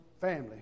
family